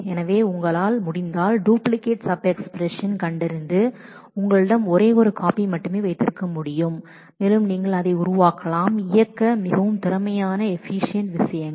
எனவே உங்களால் முடிந்தால் டூப்ளிகேட் சப் எஸ்பிரஸன் கண்டறிந்து உங்களிடம் ஒரே ஒரு காப்பி மட்டுமே வைத்திருக்க முடியும் மேலும் நீங்கள் அதை உருவாக்கலாம் இயக்க மிகவும் திறமையான விஷயங்கள்